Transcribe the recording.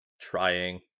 trying